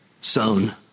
sown